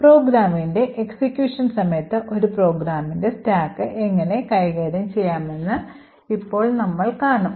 പ്രോഗ്രാമിന്റെ എക്സിക്യൂഷൻ സമയത്ത് ഒരു പ്രോഗ്രാമിന്റെ സ്റ്റാക്ക് എങ്ങനെ കൈകാര്യം ചെയ്യാമെന്ന് ഇപ്പോൾ നമ്മൾ കാണും